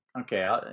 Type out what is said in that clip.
Okay